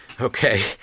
Okay